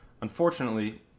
Unfortunately